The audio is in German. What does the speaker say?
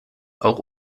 auch